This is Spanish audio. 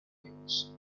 olivos